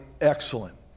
excellent